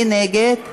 מי נגד?